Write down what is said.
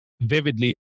vividly